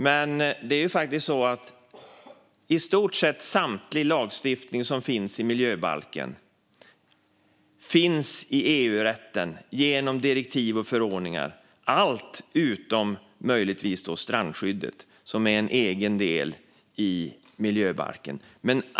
Men det är faktiskt så att i stort sett samtlig lagstiftning som finns i miljöbalken finns i EU-rätten genom direktiv och förordningar - allt utom möjligtvis strandskyddet, som är en egen del i miljöbalken.